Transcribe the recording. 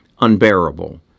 unbearable